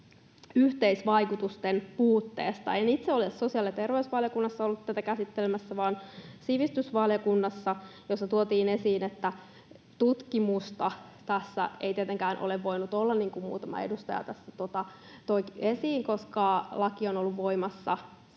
yhteisvaikutusten puutteesta. En itse ole sosiaali- ja terveysvaliokunnassa ollut tätä käsittelemässä vaan sivistysvaliokunnassa, jossa tuotiin esiin, että tutkimusta tästä ei tietenkään ole voinut olla, niin kuin muutama edustaja tässä toi esiin, koska laki on ollut voimassa